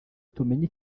tumenye